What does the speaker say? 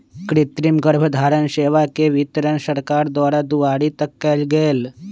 कृतिम गर्भधारण सेवा के वितरण सरकार द्वारा दुआरी तक कएल गेल